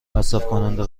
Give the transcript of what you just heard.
مصرفکننده